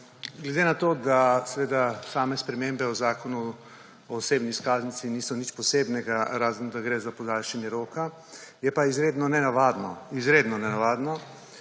Glede na to, da seveda same spremembe v Zakonu o osebni izkaznici niso nič posebnega razen, da gre za podaljšanje roka, je pa izredno nenavadno, izredno nenavadno,